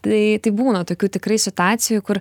tai tai būna tokių tikrai situacijų kur